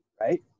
right